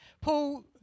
Paul